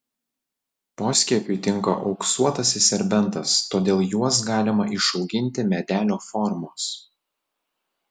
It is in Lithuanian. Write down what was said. poskiepiui tinka auksuotasis serbentas todėl juos galima išauginti medelio formos